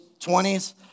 20s